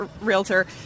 realtor